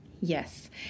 yes